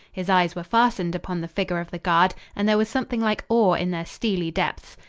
his eyes were fastened upon the figure of the guard, and there was something like awe in their steely depths.